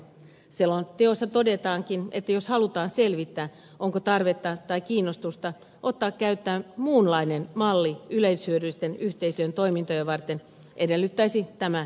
selonteossa todetaankin että jos halutaan selvittää onko tarvetta tai kiinnostusta ottaa käyttöön muunlainen malli yleishyödyllisten yhteisöjen toimintoja varten tämä edellyttäisi jatkoselvitystä